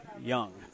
young